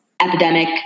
Epidemic